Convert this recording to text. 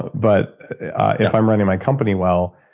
but if i'm running my company, well,